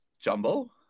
Jumbo